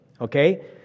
Okay